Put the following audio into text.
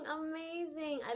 amazing